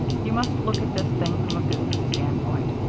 you must look at this thing from a business standpoint.